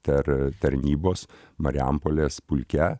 per tarnybos marijampolės pulke